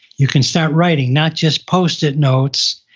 you can start writing. not just post it notes,